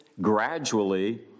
gradually